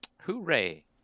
Hooray